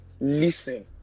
Listen